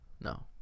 No